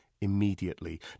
immediately